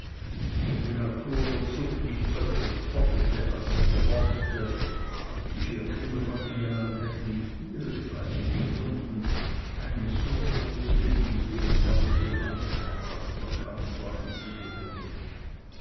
wenn die natur der zucht nicht öder spottete als ihr gehorchte die vier kinder von engelland hätten nicht ihresgleichen gefunden eine so große liebe und herrliche weisheit hat der kanzler an sie gewendet